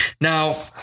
Now